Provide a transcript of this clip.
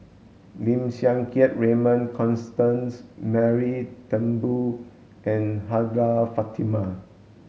Lim Siang Keat Raymond Constance Mary Turnbull and Hajjah Fatimah